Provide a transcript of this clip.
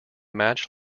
match